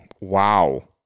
Wow